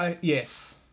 yes